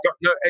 no